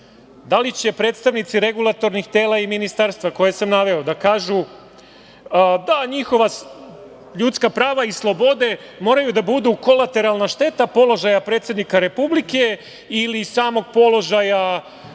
Da li će predstavnici regulatornih tela i ministarstva koje sam naveo da kažu - da, njihova ljudska prava i slobode moraju da budu kolateralna šteta položaja predsednika Republike ili samog položaja